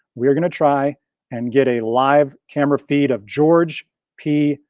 we are gonna try and get a live camera feed of george p.